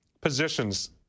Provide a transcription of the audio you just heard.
positions